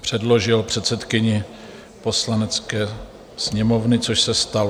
předložil předsedkyni Poslanecké sněmovny, což se stalo.